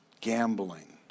gambling